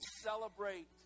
celebrate